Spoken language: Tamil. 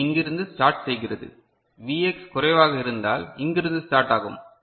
எனவே இது இங்கிருந்து ஸ்டார்ட் செய்கிறது Vx குறைவாக இருந்தால் இங்கிருந்து ஸ்டார்ட் ஆகும்